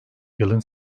yılın